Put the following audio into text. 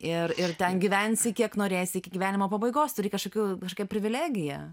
ir ir ten gyvensi kiek norėsi iki gyvenimo pabaigos turi kažkokių kažkokią privilegiją